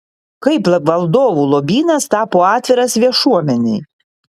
kaip valdovų lobynas tapo atviras viešuomenei